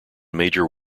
major